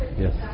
Yes